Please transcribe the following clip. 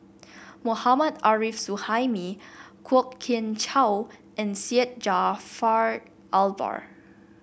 Mohammad Arif Suhaimi Kwok Kian Chow and Syed Jaafar Albar